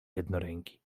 jednoręki